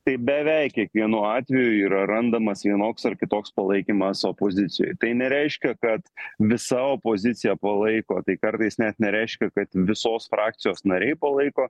tai beveik kiekvienu atveju yra randamas vienoks ar kitoks palaikymas opozicijoj tai nereiškia kad visa opozicija palaiko tai kartais net nereiškia kad visos frakcijos nariai palaiko